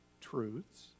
truths